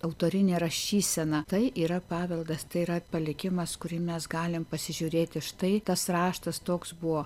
autorinė rašysena tai yra paveldas tai yra palikimas kurį mes galim pasižiūrėti štai tas raštas toks buvo